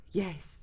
yes